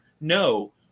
No